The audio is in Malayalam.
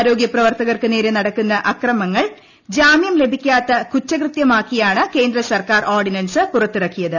ആരോഗ്യ പ്രവർത്തകർക്കു നേരെ നടക്കുന്ന അക്രമങ്ങൾ ജാമ്യം ലഭിക്കാത്ത കുറ്റകൃത്യമാക്കിയാണ് കേന്ദ്ര സർക്കാർ ഓർഡിനൻസ് പുറത്തിറക്കിയത്